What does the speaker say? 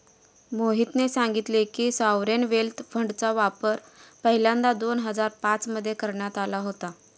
मोहितने सांगितले की, सॉवरेन वेल्थ फंडचा वापर पहिल्यांदा दोन हजार पाच मध्ये करण्यात आला होता